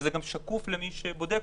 זה גם שקוף לבודק,